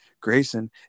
Grayson